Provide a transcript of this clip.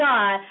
God